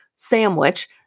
Sandwich